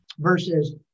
versus